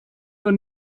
your